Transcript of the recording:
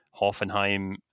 Hoffenheim